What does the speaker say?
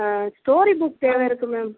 அ story book தேவை இருக்கு ma'am